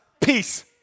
peace